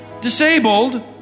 disabled